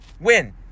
win